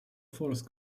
force